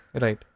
Right